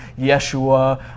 Yeshua